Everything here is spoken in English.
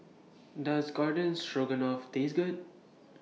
Does Garden Stroganoff Taste Good